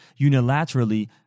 unilaterally